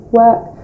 work